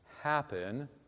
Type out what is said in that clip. happen